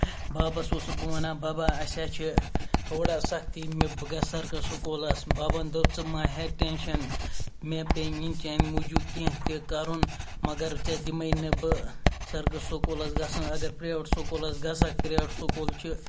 بَبَس اوسُس بہٕ وَنان بَبا اَسہ ہا چھِ تھوڑا سختی مےٚ بہٕ گژھٕ سرکٲرۍ سکوٗلَس بَبن دوٚپ ژٕ ما ہےٚ ٹٮ۪نشَن مےٚ پیٚیِنۍ چانہِ موٗجوٗب کینٛہہ تہِ کَرُن مگر ژےٚ دِمَے نہٕ بہٕ سرکٲرۍ سکوٗلَس گژھنہٕ اگر پرٛیوویٹ سکوٗلَس گژھکھ پرٛیویٹ سکوٗل چھِ